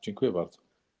Dziękuję bardzo.